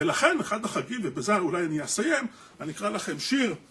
ולכן, אחד החגים, ובזה אולי אני אסיים, אני אקרא לכם שיר